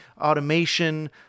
automation